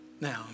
Now